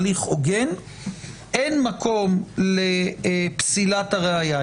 להליך הוגן אין מקום לפסילת הראיה.